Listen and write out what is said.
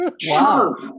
Sure